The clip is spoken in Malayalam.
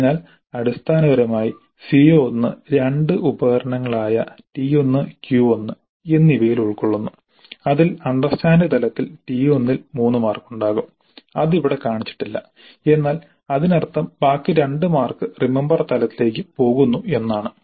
അതിനാൽ അടിസ്ഥാനപരമായി CO1 രണ്ട് ഉപകരണങ്ങളായ T1 Q1 എന്നിവയിൽ ഉൾക്കൊള്ളുന്നു അതിൽ അണ്ടർസ്റ്റാൻഡ് തലത്തിൽ T1 ൽ 3 മാർക്ക് ഉണ്ടാകും അത് ഇവിടെ കാണിച്ചിട്ടില്ല എന്നാൽ അതിനർത്ഥം ബാക്കി 2 മാർക്ക് റിമമ്പർ തലത്തിലേക്ക് പോകുന്നു എന്നാണ്